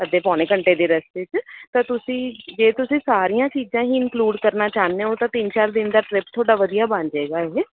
ਅੱਧੇ ਪੌਣੇ ਘੰਟੇ ਦੇ ਰਸਤੇ 'ਚ ਤਾਂ ਤੁਸੀਂ ਜੇ ਤੁਸੀਂ ਸਾਰੀਆਂ ਚੀਜ਼ਾਂ ਹੀ ਇੰਕਲੂਡ ਕਰਨਾ ਚਾਹੁੰਦੇ ਹੋ ਤਾਂ ਤਿੰਨ ਚਾਰ ਦਿਨ ਦਾ ਟਰਿੱਪ ਤੁਹਾਡਾ ਵਧੀਆ ਬਣ ਜਾਏਗਾ ਇਹ